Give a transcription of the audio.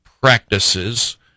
practices